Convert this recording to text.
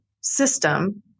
system